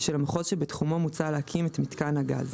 של המחוז שבתחומו מוצע להקים את מיתקן הגז,